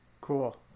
Cool